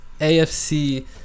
AFC